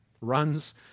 runs